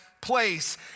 place